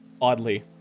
oddly